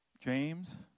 James